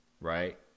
Right